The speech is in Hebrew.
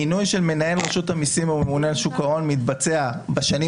מינוי של מנהל רשות המיסים או ממונה על שוק ההון מתבצע בשנים